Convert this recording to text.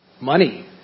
Money